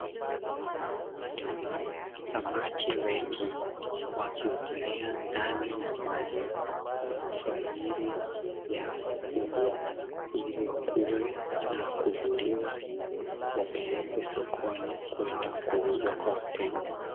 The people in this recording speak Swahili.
Samaki wengi wakiogelea ndani ya maji, kwa ajili ya kufugwa ili wakue na kuvuliwa wapelekwe sokoni kwenda kuuzwa kwa wateja.